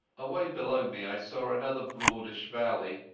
away below me i saw another broadish valley,